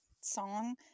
song